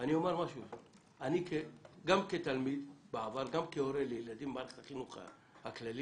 אני גם כתלמיד וגם כהורה לילדים במערכת החינוך הכללית,